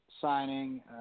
signing